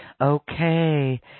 Okay